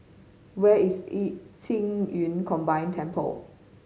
where is Qing Yun Combined Temple